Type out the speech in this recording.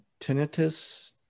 tinnitus